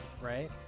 right